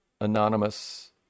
anonymous